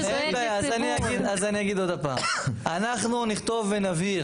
אז אני אגיד עוד הפעם, אנחנו נכתוב ונבהיר